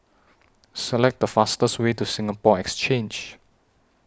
Select The fastest Way to Singapore Exchange